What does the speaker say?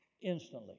instantly